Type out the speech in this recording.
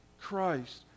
Christ